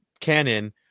canon